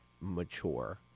mature